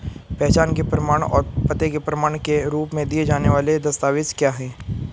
पहचान के प्रमाण और पते के प्रमाण के रूप में दिए जाने वाले दस्तावेज क्या हैं?